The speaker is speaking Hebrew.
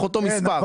כן.